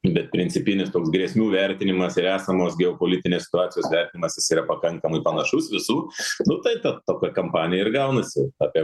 bet principinis toks grėsmių vertinimas ir esamos geopolitinės situacijos vertinimas jis yra pakankamai panašus visų nu tai ta tokia kampanija ir gaunasi apie